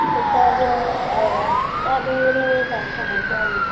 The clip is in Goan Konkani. थं चा बीन अ चान बीन बरी मेयटा सामोसा बीन